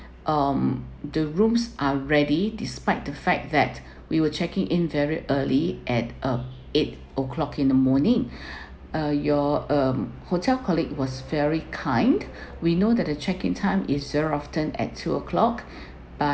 um the rooms are ready despite the fact that we were checking in very early at uh eight o'clock in the morning ah your um hotel colleague was very kind we know that the check in time is often at two o'clock